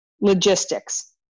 logistics